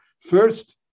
first